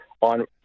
on